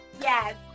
Yes